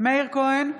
מאיר כהן,